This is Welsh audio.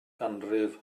ganrif